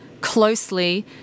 closely